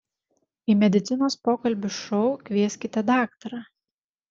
į medicinos pokalbių šou kvieskite daktarą